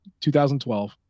2012